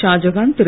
Shahjahan Thiru